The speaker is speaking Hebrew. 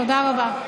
תודה רבה.